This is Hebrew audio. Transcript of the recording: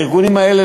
הארגונים האלה,